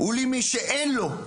גם למי שאין לו,